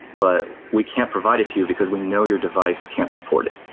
but we can't provide it to you because we know your device can't support it.